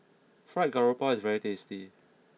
Fried Garoupa is very tasty